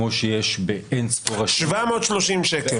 כמו שיש באינספור --- 730 ש"ח.